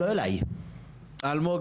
אלמוג,